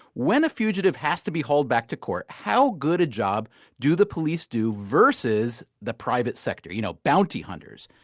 when a fugitive has to be hauled back to court, how good a job do the police do versus the private sector, you know, bounty hunters?